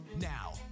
Now